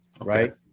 Right